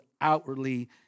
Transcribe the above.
outwardly